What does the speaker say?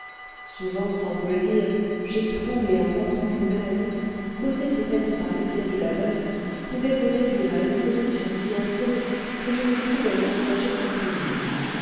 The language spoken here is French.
souvent sans vous le dire j'ai tremblé en pensant qu'une maladie causée peut-être par l'excès du labeur pouvait vous réduire à une position si affreuse que je ne pouvais l'envisager sans frémir